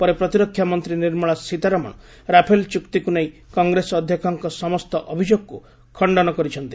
ପରେ ପ୍ରତିରକ୍ଷା ମନ୍ତ୍ରୀ ନିର୍ମଳା ସୀତାରମଣ ରାଫେଲ୍ ଚୁକ୍ତିକୁ ନେଇ କଂଗ୍ରେସ ଅଧ୍ୟକ୍ଷଙ୍କ ସମସ୍ତ ଅଭିଯୋଗକୁ ଖଣ୍ଡନ କରିଛନ୍ତି